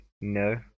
No